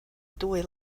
dwy